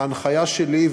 ההנחיה שלי,